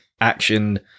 action